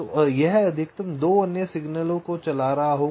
तो यह अधिकतम 2 अन्य सिग्नल लाइनों को चला रहा होगा